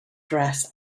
dress